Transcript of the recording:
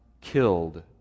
killed